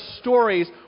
stories